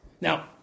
Now